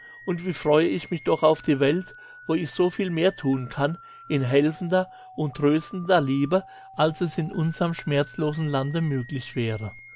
und wie freue ich mich doch auf die welt wo ich soviel mehr tun kann in helfender und tröstender liebe als es in unserm schmerzlosen lande möglich wäre